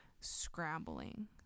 scrambling